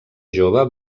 jove